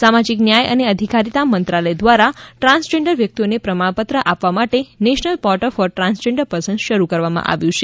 સામાજીક ન્યાય અને અધિકારિતા મંત્રાલય દ્વારા ટ્રાન્સજેન્ડર વ્યક્તિઓને પ્રમાણપત્ર આપવા માટે national portal for transgender persons શરૂ કરવામાં આવ્યું છે